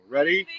Ready